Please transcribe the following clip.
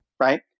right